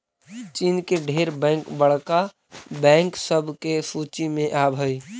चीन के ढेर बैंक बड़का बैंक सब के सूची में आब हई